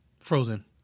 Frozen